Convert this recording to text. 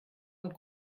und